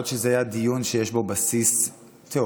עוד כשזה היה דיון שיש בו בסיס תיאורטי,